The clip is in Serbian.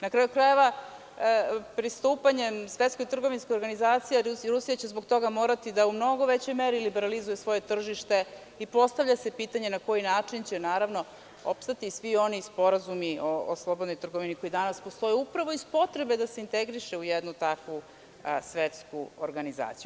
Na kraju krajeva, pristupanjem Svetskoj trgovinskoj organizaciji, Rusija će zbog toga morati da u mnogo većoj meri liberalizuje svoje tržište i postavlja se pitanje na koji način će opstati svi oni sporazumi o slobodnoj trgovini koji danas postoje, upravo iz potrebe da se integriše u jednu takvu svetsku organizaciju.